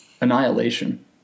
annihilation